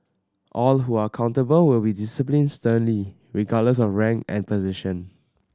all who are accountable will be disciplined sternly regardless of rank and position